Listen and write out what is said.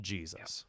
Jesus